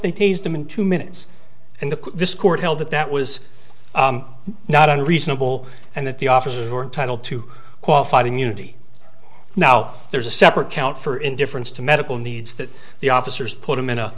they teased him in two minutes and the this court held that that was not unreasonable and that the officers were title to qualified immunity now there's a separate count for indifference to medical needs that the officers put him in